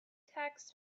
tax